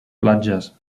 platges